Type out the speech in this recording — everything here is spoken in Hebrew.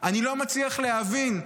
אני לא מצליח להבין.